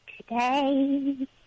today